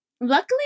Luckily